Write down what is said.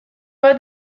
bat